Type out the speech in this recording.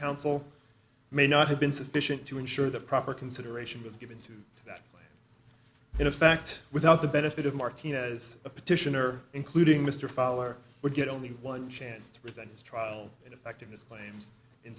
counsel may not have been sufficient to ensure that proper consideration was given to that in fact without the benefit of martinez a petitioner including mr fowler would get only one chance to present his trial effectiveness claims in